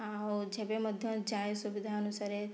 ଆଉ ଯେବେ ମଧ୍ୟ ଯାଏ ସୁବିଧା ଅନୁସାରରେ